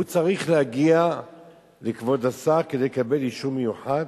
צריך להגיע לכבוד השר כדי לקבל אישור מיוחד?